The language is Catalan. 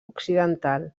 occidental